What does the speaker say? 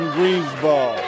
Greensboro